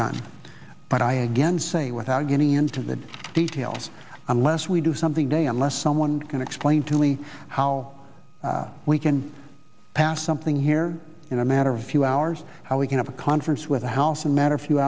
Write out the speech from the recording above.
done but i again say without getting into the details unless we do something day unless someone can explain to me how we can pass something here in a matter of a few hours how we can have a conference with the house and matter few